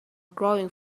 growing